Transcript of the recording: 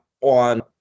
on